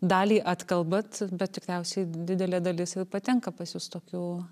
dalį atkalbat bet tikriausiai didelė dalis ir patenka pas jus tokių